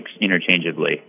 Interchangeably